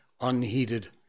unheeded